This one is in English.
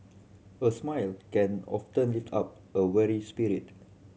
a smile can often lift up a weary spirit